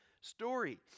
story